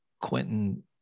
Quentin